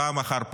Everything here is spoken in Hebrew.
פעם אחר פעם,